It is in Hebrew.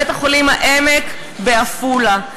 בית-החולים "העמק" בעפולה.